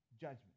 judgment